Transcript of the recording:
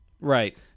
Right